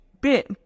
bit